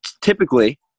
typically